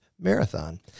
Marathon